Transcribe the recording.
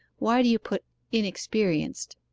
why do you put inexperienced?